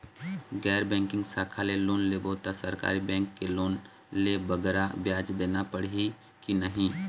गैर बैंकिंग शाखा ले लोन लेबो ता सरकारी बैंक के लोन ले बगरा ब्याज देना पड़ही ही कि नहीं?